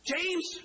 James